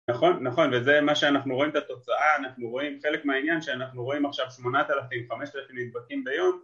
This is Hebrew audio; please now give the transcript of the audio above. נכון, נכון וזה מה שאנחנו רואים את התוצאה, אנחנו רואים חלק מהעניין שאנחנו רואים עכשיו שמונת אלפים, חמשת אלפים נדבקים ביום